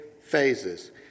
phases